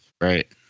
Right